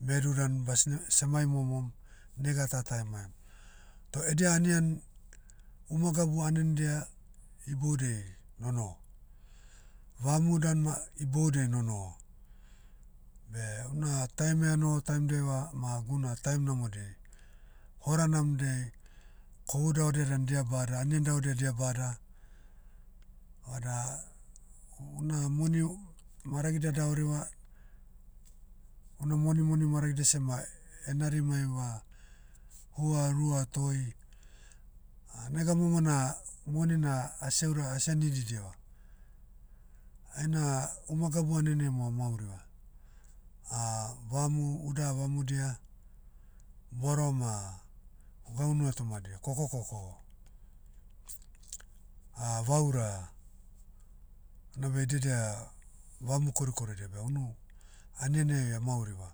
Medu dan basne- semai momom, nega tata emaim. Toh edia anian, uma gabu anendia, iboudiei, nonoho. Vamu dan ma, iboudiai nonoho. Beh una taim'iai anoho taimdiaiva ma guna taim namodiai. Hora namdiai, kohu davadia dan dia bada anian davadia dia bada. Vada, una moni, maragidia davariva, una monimoni maragidia seh ma, enarimaiva, hua rua toi, nega momo na, moni na, asia ura- asia nididiva. Aina uma gabu aniani amo amauriva. vamu, uda vamudia, boroma, gau unu hetomadia. Koko koko, vaura, anabe diedia, vamu korikoridia beh unu, aniani ai amauriva.